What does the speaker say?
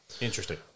interesting